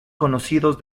conocidos